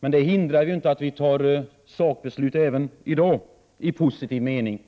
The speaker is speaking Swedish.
Men detta hindrar ju inte att vi även i dag fattar sakbeslut i positiv mening.